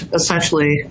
essentially